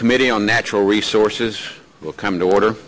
committee on natural resources will come to order